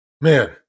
Man